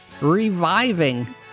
reviving